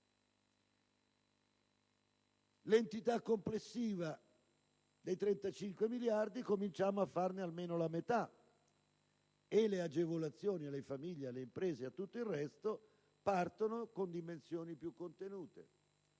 l'entità complessiva è di 35 miliardi, cominciamo a farne almeno la metà facendo partire le agevolazioni alle famiglie, alle imprese e a tutto il resto con dimensioni più contenute.